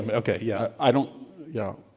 and okay. yeah i don't yeah.